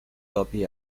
copy